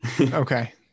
Okay